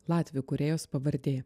latvių kūrėjos pavardė